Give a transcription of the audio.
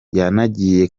yanagiye